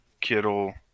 Kittle